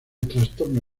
trastorno